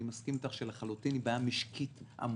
אני מסכים אתך לחלוטין שזו בעיה משקית עמוקה,